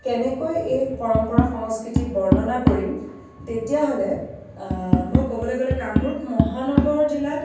কেনেকৈ এই পৰম্পৰা সংস্কৃতি বৰ্ণনা কৰিম তেতিয়াহ'লে মই ক'বলৈ গ'লে কামৰূপ মহানগৰ জিলাত